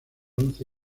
once